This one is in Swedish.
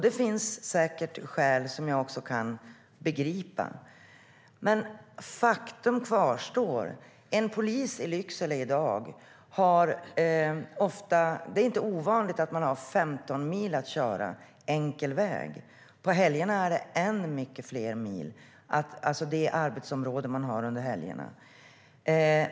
Det finns skäl, vilket också jag kan begripa, men faktum kvarstår att det inte är ovanligt att en polis i Lycksele i dag har 15 mil enkel väg att köra. På helgerna handlar det om ännu fler mil i det arbetsområde som polisen har under helgerna.